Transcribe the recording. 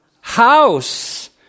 House